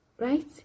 Right